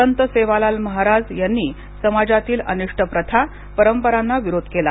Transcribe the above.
संत सेवालाल महाराज यांनी समाजातील अनिष्ट प्रथा परपरांना विरोध केला